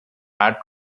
air